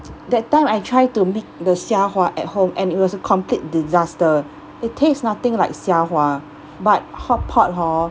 that time I try to make the 虾滑 at home and it was a complete disaster it tastes nothing like 虾滑 but hotpot hor